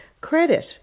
credit